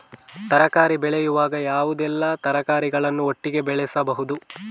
ತರಕಾರಿ ಬೆಳೆಯುವಾಗ ಯಾವುದೆಲ್ಲ ತರಕಾರಿಗಳನ್ನು ಒಟ್ಟಿಗೆ ಬೆಳೆಸಬಹುದು?